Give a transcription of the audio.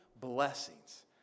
blessings